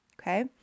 okay